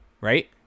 right